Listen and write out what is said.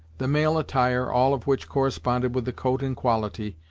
the male attire, all of which corresponded with the coat in quality,